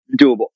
doable